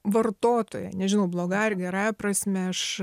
vartotoja nežinau blogąja ar gerąja prasme aš